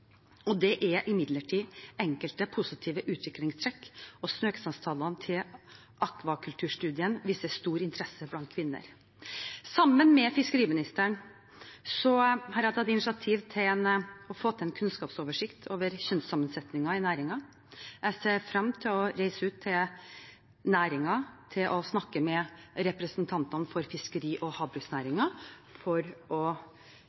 Det er imidlertid enkelte positive utviklingstrekk, og søknadstallene til akvakulturstudiene viser stor interesse blant kvinner. Sammen med fiskeriministeren har jeg tatt initiativ for å få en kunnskapsoversikt over kjønnssammensetningen i næringen. Jeg ser frem til å reise ut til næringen og snakke med representantene for fiskeri- og havbruksnæringen for å